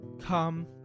come